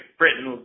Britain